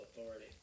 authority